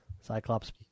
Cyclops